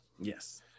Yes